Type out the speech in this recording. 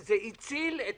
זה הציל את